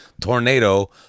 tornado